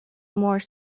more